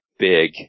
big